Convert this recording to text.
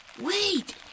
Wait